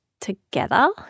together